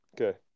Okay